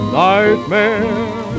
nightmare